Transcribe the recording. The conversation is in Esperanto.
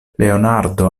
leonardo